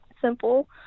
simple